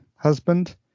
husband